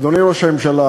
אדוני ראש הממשלה,